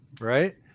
right